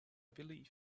believe